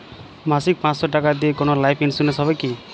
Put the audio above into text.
মাসিক পাঁচশো টাকা দিয়ে কোনো লাইফ ইন্সুরেন্স হবে কি?